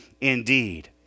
indeed